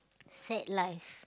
sad life